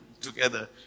together